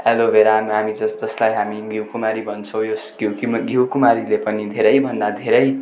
aloe vera हामी जसजसलाई हामी घिउकुमारी भन्छौँ यस घिउक्यु घिउकुमारीले पनि धेरैभन्दा धेरै